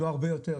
לא הרבה יותר,